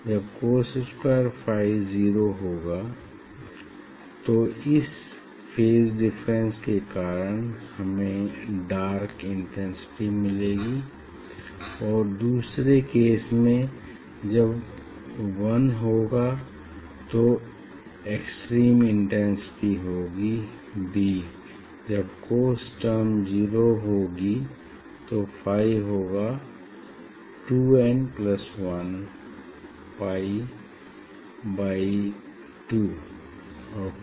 जब cos square phi zero होगा तो इस फेज डिफरेंस के कारण हमें डार्क इंटेंसिटी मिलेगी और दूसरे केस में जब वन होगी तो एक्सट्रीम इंटेंसिटी होगी B जब cos टर्म जीरो होगी तो फाई होगा 2n plus one pi by 2 okay